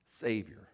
Savior